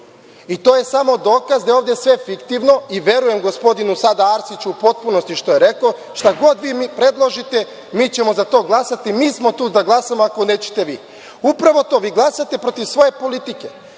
To je samo dokaz da je ovde sve fiktivno i verujem gospodinu sada Arsiću u potpunosti što je rekao – šta god predložite, mi ćemo za to glasati, mi smo tu da glasamo ako nećete vi. Upravo to. Vi glasate protiv svoje politike.